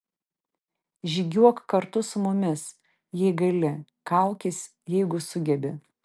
žygiuok kartu su mumis jei gali kaukis jeigu sugebi